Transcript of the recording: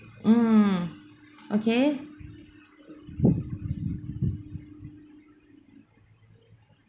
mm okay